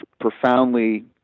profoundly